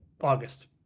August